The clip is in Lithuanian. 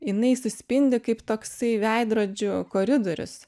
jinai suspindi kaip toksai veidrodžių koridorius